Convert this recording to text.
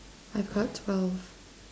I've got twelve